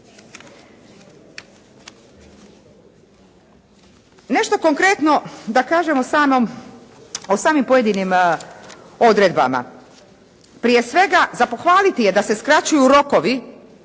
Nešto konkretno da kažemo o samim pojedinim odredbama. Prije svega za pohvaliti je da se skraćuju rokovi,